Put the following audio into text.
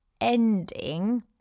ending